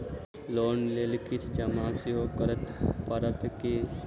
Loan लेल किछ जमा सेहो करै पड़त की?